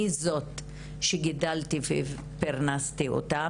אני זאת שגידלתי ופרנסתי אותם.